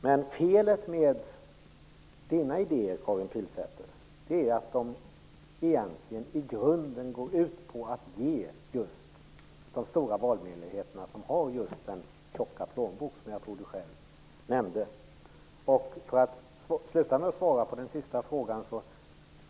Men felet med Karin Pilsäters idéer är att de egentligen i grunden går ut på att ge de stora valmöjligheterna till just dem som har de tjocka plånböckerna. Jag vill avsluta med att svara på den sista frågan.